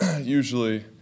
usually